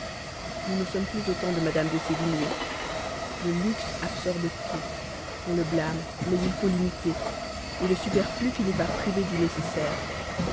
nous ne sommes plus au temps de mme de sévigné le luxe absorbe tout on le blâme mais il faut l'imiter le superflu finit par priver du nécessaire